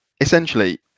essentially